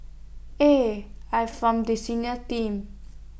eh I'm from the senior team